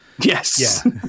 Yes